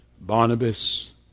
Barnabas